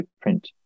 print